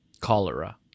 cholera